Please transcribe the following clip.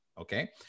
Okay